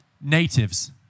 Natives